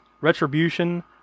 Retribution